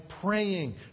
praying